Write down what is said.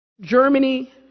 Germany